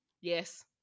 Yes